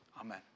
Amen